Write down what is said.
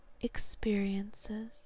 experiences